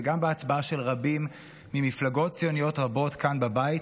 וגם בהצבעה של רבים ממפלגות ציוניות רבות כאן בבית,